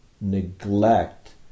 neglect